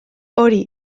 hori